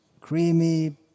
creamy